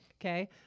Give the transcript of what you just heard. Okay